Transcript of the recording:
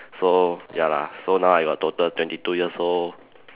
so ya lah so now I got total twenty two years old